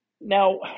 Now